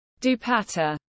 dupatta